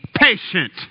patient